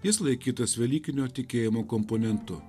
jis laikytas velykinio tikėjimo komponentu